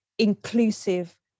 inclusive